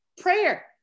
Prayer